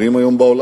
עם פתיחת המושב.